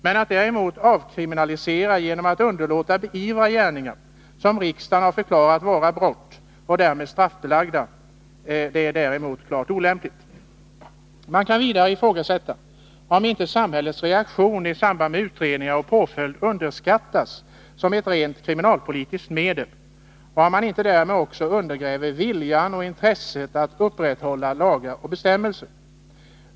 Men att däremot avkriminalisera genom att 11 mars 1982 underlåta beivra gärningar som riksdagen har förklarat vara brott och = därmed straffbelagda är däremot klart olämpligt. Förundersöknings Man kan vidare ifrågasätta om inte samhällets reaktion i samband med begränsningar utredning och påföljd underskattas som ett rent kriminalpolitiskt medel och m.m. om man inte därmed också undergräver viljan och intresset att upprätthålla lagar och bestämmelser.